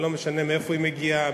ולא משנה מאיפה היא מגיעה,